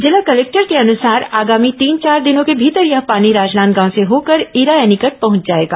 जिला कलेक्टर के अनुसार आगामी तीन चार दिनों के भीतर यह पानी राजनादगांव से होकर इरा एनीकट पहुंच जाएगा